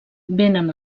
vénen